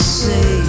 say